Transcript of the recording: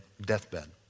deathbed